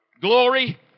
Glory